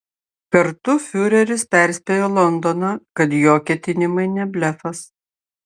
kartu fiureris perspėjo londoną kad jo ketinimai ne blefas